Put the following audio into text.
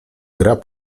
gra